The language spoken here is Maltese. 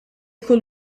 kull